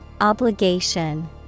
Obligation